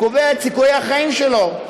קובע את סיכויי החיים שלו,